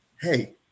hey